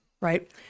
right